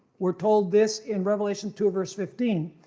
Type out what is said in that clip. we are told this in revelation two verse fifteen.